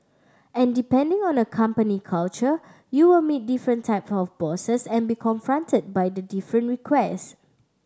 and depending on a company culture you will meet different type of bosses and be confronted by the different requests